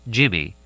Jimmy